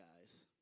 guys